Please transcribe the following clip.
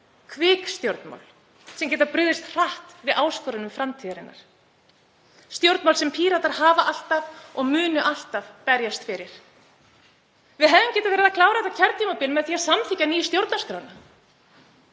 kvik stjórnmál sem geta brugðist hratt við áskorunum framtíðarinnar, stjórnmál sem Píratar hafa alltaf og munu alltaf berjast fyrir. Við hefðum getað verið að klára þetta kjörtímabil með því að samþykkja nýju stjórnarskrána